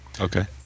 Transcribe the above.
Okay